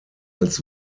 als